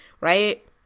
right